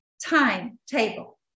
timetable